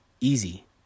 easy